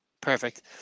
perfect